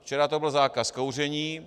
Včera to byl zákaz kouření.